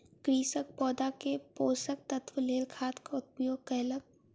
कृषक पौधा के पोषक तत्वक लेल खादक उपयोग कयलक